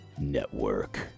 Network